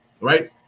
Right